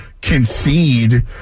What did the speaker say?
concede